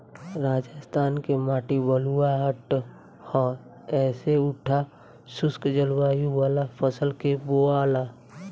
राजस्थान के माटी बलुअठ ह ऐसे उहा शुष्क जलवायु वाला फसल के बोआला